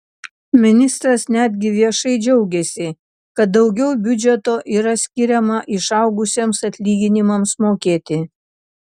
ministras netgi viešai džiaugėsi kad daugiau biudžeto yra skiriama išaugusiems atlyginimams mokėti